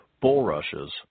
bulrushes